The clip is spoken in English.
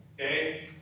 Okay